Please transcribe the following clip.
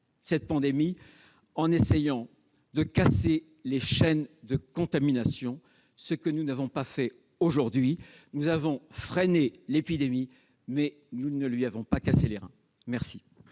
cette pandémie, en essayant de casser les chaînes de contamination, ce que jusqu'à présent nous n'avons pas fait. Nous avons freiné l'épidémie, mais nous ne lui avons pas cassé les reins. La